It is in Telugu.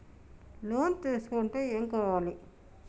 లోన్ తీసుకుంటే ఏం కావాలి?